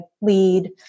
lead